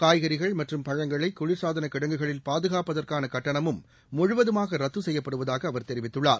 காய்கறிகள் மற்றும் பழங்களை குளிர்சாதன கிடங்குகளில் பாதகாப்பதற்கான கட்டணமும் முழுவதுமாக ரத்து செய்யப்படுவதாகக் அவர் தெரிவித்துள்ளார்